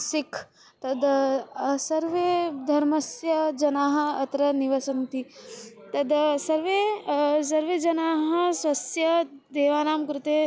सिख् तद् सर्वे धर्मस्य जनाः अत्र निवसन्ति तद् सर्वे सर्वे जनाः स्वस्य देवानां कृते